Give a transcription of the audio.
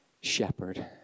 shepherd